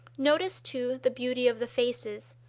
notice, too, the beauty of the faces,